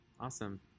Awesome